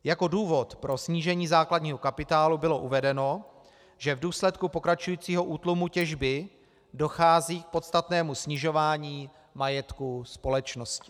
Jako důvod pro snížení základního kapitálu bylo uvedeno, že v důsledku pokračujícího útlumu těžby dochází k podstatnému snižování majetku společnosti.